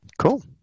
Cool